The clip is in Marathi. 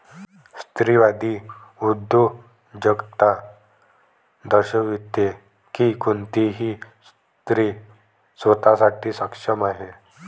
स्त्रीवादी उद्योजकता दर्शविते की कोणतीही स्त्री स्वतः साठी सक्षम आहे